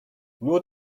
nur